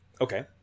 Okay